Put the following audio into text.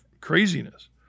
craziness